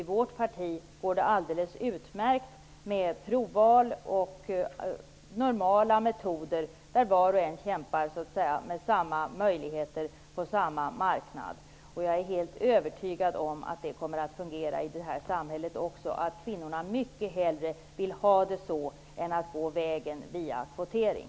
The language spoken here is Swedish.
I vårt parti går det alldeles utmärkt med provval och normala metoder där var och en kämpar med samma möjligheter på samma marknad. Jag är helt övertygad om att det kommer att fungera i samhället också. Kvinnorna vill mycket hellre ha det så än att gå vägen via kvotering.